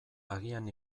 agian